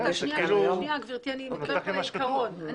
אני מדברת על העיקרון.